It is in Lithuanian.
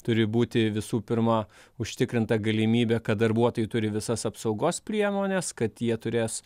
turi būti visų pirma užtikrinta galimybė kad darbuotojai turi visas apsaugos priemones kad jie turės